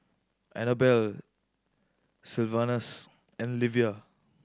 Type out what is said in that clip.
Anabel Sylvanus and Livia